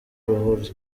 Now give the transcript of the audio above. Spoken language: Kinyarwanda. uruhuri